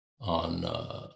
on